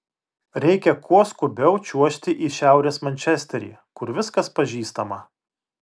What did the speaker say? reikia kuo skubiau čiuožti į šiaurės mančesterį kur viskas pažįstama